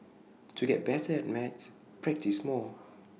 to get better at maths practise more